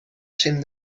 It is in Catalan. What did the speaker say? cim